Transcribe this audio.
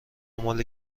مال